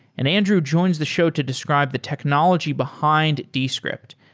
and andrew joins the show to describe the technology behind descript,